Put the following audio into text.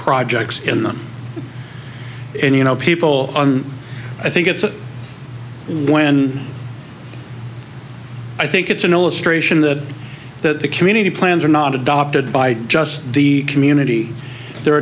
projects in them and you know people i think it's when i think it's an illustration that that the community plans are not adopted by just the community they're